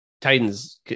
Titans